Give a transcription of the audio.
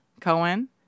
Cohen